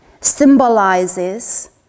symbolizes